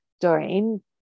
Doreen